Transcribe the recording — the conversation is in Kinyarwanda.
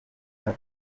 reka